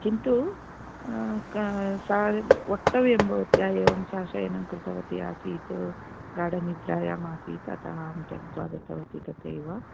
किन्तु का सा वक्तव्यं भवत्याः एवं सा शयनं कृतवती आसीत् गाढनिद्रायाम् आसीत् अतः अहं त्यक्त्वा गतवती तथैव